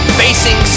facing